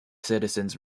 citizens